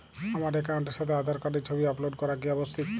আমার অ্যাকাউন্টের সাথে আধার কার্ডের ছবি আপলোড করা কি আবশ্যিক?